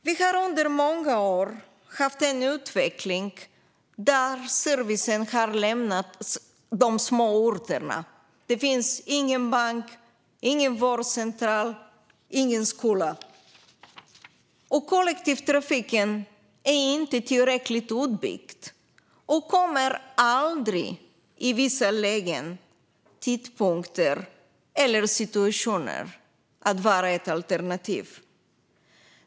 Vi har under många år haft en utveckling där servicen har lämnat de små orterna. Det finns ingen bank, ingen vårdcentral, ingen skola. Kollektivtrafiken är inte tillräckligt utbyggd och kommer i vissa lägen, tidpunkter och situationer aldrig att vara ett alternativ.